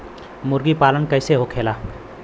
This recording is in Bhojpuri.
मुर्गी पालन कैसे होखेला?